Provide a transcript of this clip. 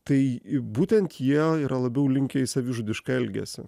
tai būtent jie yra labiau linkę į savižudišką elgesį